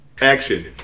Action